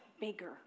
bigger